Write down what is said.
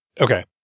Okay